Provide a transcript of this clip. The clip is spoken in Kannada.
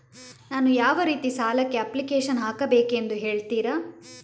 ನಾನು ಯಾವ ರೀತಿ ಸಾಲಕ್ಕೆ ಅಪ್ಲಿಕೇಶನ್ ಹಾಕಬೇಕೆಂದು ಹೇಳ್ತಿರಾ?